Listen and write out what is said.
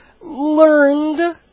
learned